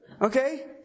Okay